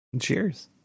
Cheers